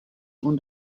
und